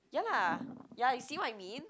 ya lah ya you see what I mean